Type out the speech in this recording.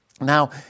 Now